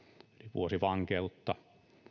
vuosi vankeutta